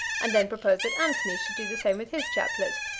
and then proposed that antony should do the same with his chaplet,